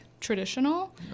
traditional